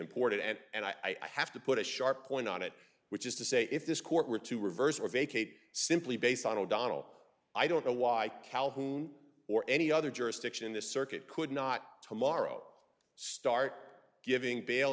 important and i have to put a sharp point on it which is to say if this court were to reverse or vacate simply based on o'donnell i don't know why calhoun or any other jurisdiction in this circuit could not tomorrow start giving bail